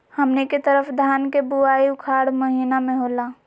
हमनी के तरफ धान के बुवाई उखाड़ महीना में होला